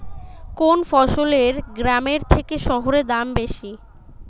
কোন ফসলের গ্রামের থেকে শহরে দাম বেশি?